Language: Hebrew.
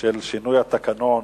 של שינוי התקנון.